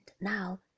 now